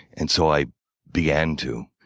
and so i began to.